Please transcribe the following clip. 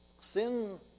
sin